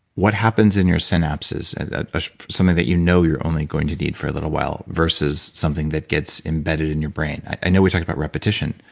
what happens in your synapses and for ah something that you know you're only going to need for a little while, versus something that gets embedded in your brain? i know we talked about repetition,